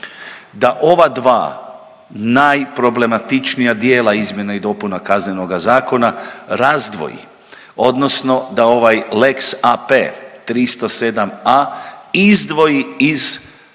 da ova dva najproblematičnija dijela izmjena i dopuna Kaznenoga zakona razdvoji odnosno da ovaj lex AP, 307.a., izdvoji iz ovog